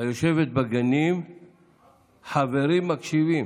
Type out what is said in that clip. "היושבת בגנים חברים מקשיבים".